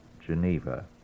Geneva